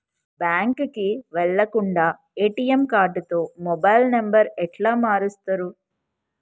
బ్యాంకుకి వెళ్లకుండా ఎ.టి.ఎమ్ కార్డుతో మొబైల్ నంబర్ ఎట్ల మారుస్తరు?